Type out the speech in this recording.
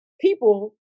people